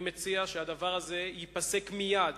אני מציע שהדבר הזה ייפסק מייד.